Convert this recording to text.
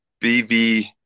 BV